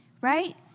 right